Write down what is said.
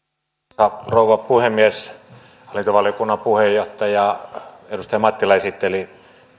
arvoisa rouva puhemies hallintovaliokunnan puheenjohtaja edustaja mattila esitteli